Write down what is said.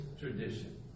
tradition